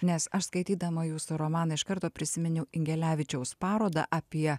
nes aš skaitydama jūsų romaną iš karto prisiminiau ingelevičiaus parodą apie